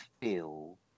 feel